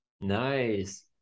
nice